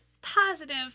positive